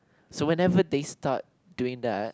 so whenever they start doing that